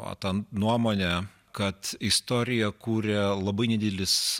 va ta nuomone kad istoriją kūrė labai nedidelis